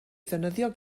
ddefnyddio